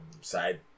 side